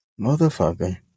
Motherfucker